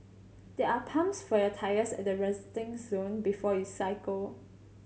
there are pumps for your tyres at the resting zone before you cycle